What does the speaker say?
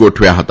ગોઠવ્યા હતા